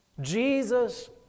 Jesus